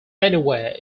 anywhere